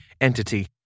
entity